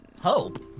Hope